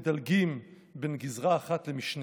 מדלגים בין גזרה אחת למשנה.